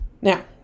Now